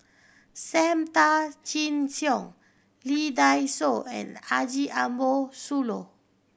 Sam Tan Chin Siong Lee Dai Soh and Haji Ambo Sooloh